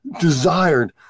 desired